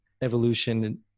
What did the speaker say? evolution